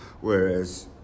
Whereas